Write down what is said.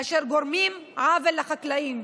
אשר גורמים עוול לחקלאים".